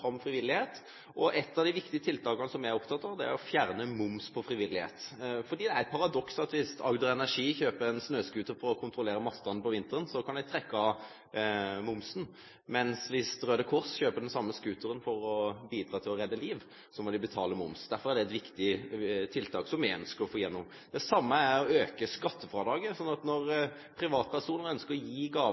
fram frivillighet, og et av de viktige tiltakene som jeg er opptatt av, er å fjerne moms på frivillighet, for det er et paradoks at hvis Agder Energi kjøper en snøscooter for å kontrollere mastene på vinteren, kan de trekke fra momsen, men hvis Røde Kors kjøper den samme scooteren for å bidra til å redde liv, må de betale moms. Derfor er det et viktig tiltak, som vi ønsker å få gjennom, i likhet med å øke skattefradraget, sånn at når privatpersoner ønsker å gi gaver